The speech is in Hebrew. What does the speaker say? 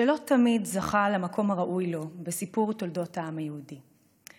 שלא תמיד זכה למקום הראוי לו בסיפור תולדות העם היהודי.